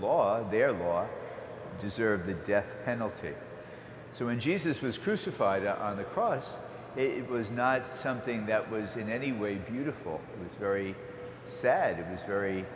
of their law deserved the death penalty so when jesus was crucified on the cross it was not something that was in any way beautiful it was very sad it was very